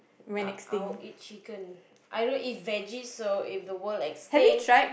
I I will eat chicken I don't eat vege so if the world extinct